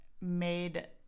made